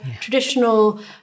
traditional